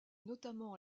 notamment